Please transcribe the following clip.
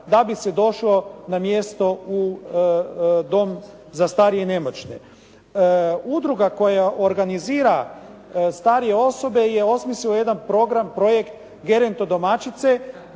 da bi se došlo na mjesto u dom za starije i nemoćne. Udruga koja organizira starije osobe je osmislila jedan program, projekt "gerontodomaćice".